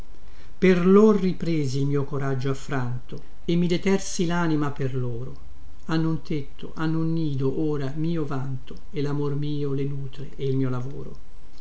per lor ripresi il mio coraggio affranto e mi detersi lanima per loro hanno un tetto hanno un nido ora mio vanto e lamor mio le nutre e il mio lavoro